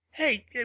Hey